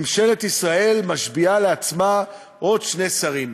ממשלת ישראל משביעה לעצמה עוד שני שרים.